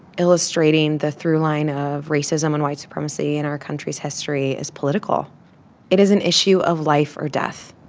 illustrating the throughline of racism and white supremacy in our country's history is political it is an issue of life or death